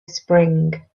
spring